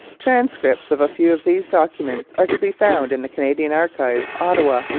transcripts of a few of these documents are to be found in the canadian archives, ottawa,